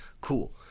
Cool